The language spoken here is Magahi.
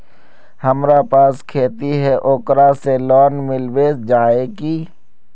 हमरा पास खेती है ओकरा से लोन मिलबे जाए की?